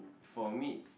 for me